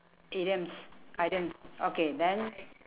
idioms idioms okay then